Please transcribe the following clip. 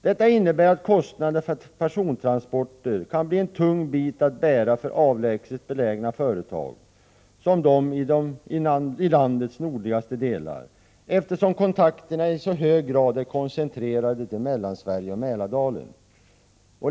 Detta innebär att kostnaderna för persontransporter kan bli en tung bit att bära för avlägset belägna företag, som de i landets nordligaste delar, eftersom kontakterna i så hög grad är koncentrerade till Mellansverige och Mälardalen.